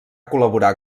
col·laborar